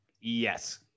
Yes